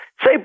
Say